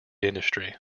industry